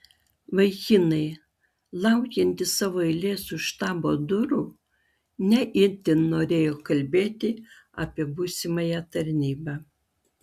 vaikinai laukiantys savo eilės už štabo durų ne itin norėjo kalbėti apie būsimąją tarnybą